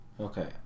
Okay